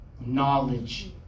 knowledge